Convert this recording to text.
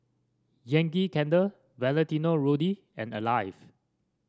Yankee Candle Valentino Rudy and Alive